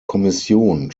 kommission